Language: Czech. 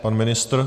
Pan ministr?